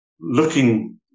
looking